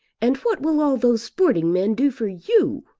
and what will all those sporting men do for you?